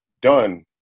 done